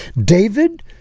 David